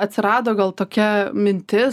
atsirado gal tokia mintis